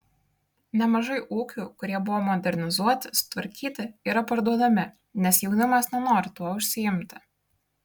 nemažai ūkių kurie buvo modernizuoti sutvarkyti yra parduodami nes jaunimas nenori tuo užsiimti